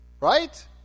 Right